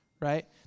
right